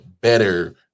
better